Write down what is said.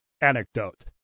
anecdote